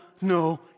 no